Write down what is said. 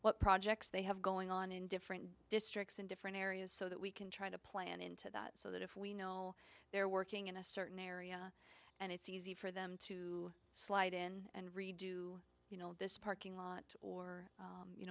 what projects they have going on in different districts in different areas so that we can try to plan into that so that if we know they're working in a certain area and it's easy for them to slide in and redo you know this parking lot or